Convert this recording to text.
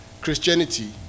Christianity